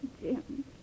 Jim